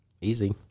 Easy